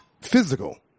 physical